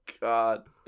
God